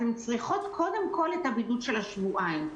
אתן צריכות קודם כל בידוד של שבועיים.